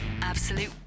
Absolute